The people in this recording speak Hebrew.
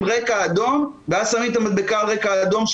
רקע אדום ואז שמים את המדבקה על רקע אדום,